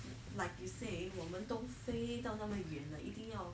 like you say 我们都飞到那么远了一定要